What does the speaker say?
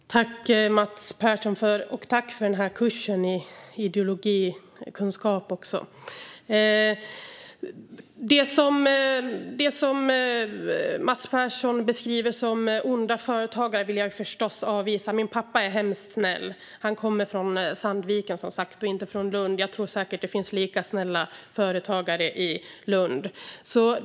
Herr talman! Tack, Mats Persson, för denna kurs i ideologikunskap! Det som Mats Persson beskriver som onda företagare vill jag förstås avvisa. Min pappa är hemskt snäll. Han kommer som sagt från Sandviken och inte från Lund. Jag tror dock säkert att det finns lika snälla företagare i Lund.